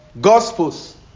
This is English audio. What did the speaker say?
Gospels